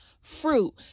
fruit